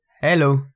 Hello